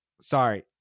sorry